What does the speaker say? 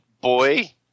boy